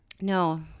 No